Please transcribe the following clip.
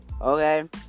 Okay